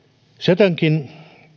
cetankin